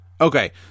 Okay